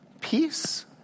peace